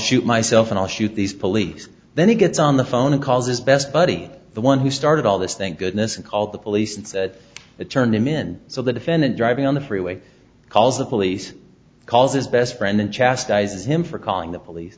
shoot myself and i'll shoot these police then he gets on the phone and calls his best buddy the one who started all this thank goodness and called the police and said it turned him in so the defendant driving on the freeway calls the police calls his best friend and chastise him for calling the police